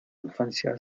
infancia